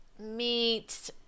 meat